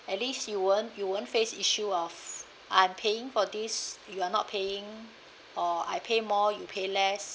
at least you won't you won't face issue of I'm paying for this you are not paying or I pay more you pay less